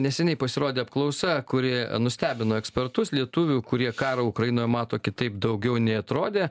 neseniai pasirodė apklausa kuri nustebino ekspertus lietuvių kurie karą ukrainoje mato kitaip daugiau nei atrodė